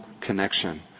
connection